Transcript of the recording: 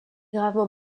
gravement